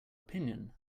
opinion